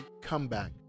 comeback